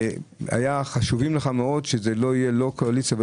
היה חשוב לך מאוד שזה לא יהיה קואליציה או